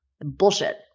Bullshit